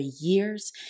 years